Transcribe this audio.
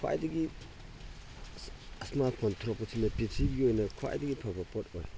ꯈ꯭ꯋꯥꯏꯗꯒꯤ smart phone ꯊꯣꯛꯂꯛꯄꯁꯤꯅ ꯄ꯭ꯔꯤꯊꯤꯕꯤꯒꯤ ꯑꯣꯏꯅ ꯈ꯭ꯋꯥꯏꯗꯒꯤ ꯐꯕ ꯄꯣꯠ ꯑꯣꯏꯔꯦ